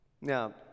Now